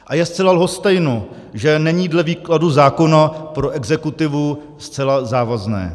A je zcela lhostejno, že není dle výkladu zákona pro exekutivu zcela závazné.